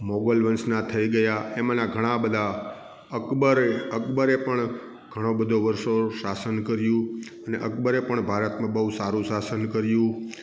મોગલ વંશના થઈ ગયા એમાંના ઘણાં બધાં અકબરે અકબરે પણ ઘણો બધો વર્ષો શાસન કર્યું અને અકબરે પણ ભારતમાં બહુ સારું શાસન કર્યું